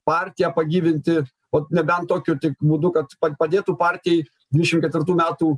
partiją pagyvinti ot nebent tokiu tik būdu kad padėtų partijai dvidešim ketvirtų metų